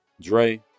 Dre